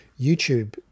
YouTube